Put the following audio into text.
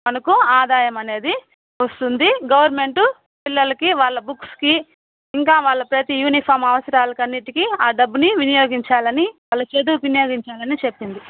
మనకు ఆదాయం అనేది వస్తుంది గవర్నమెంట్ పిల్లలకి వాళ్ళ బుక్స్కి ఇంకా వాళ్ళ ప్రతి యూనీఫామ్ అవసరాలు అన్నింటికి ఆ డబ్బుని వినియోగించాలి అని వాళ్ళ చదువుకు వినియోగించాలి అని చెప్పింది